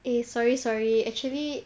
eh sorry sorry actually